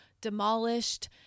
demolished